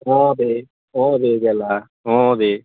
অঁ দে অঁ দেই গেলা অঁ দেই